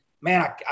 man